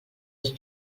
els